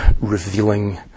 revealing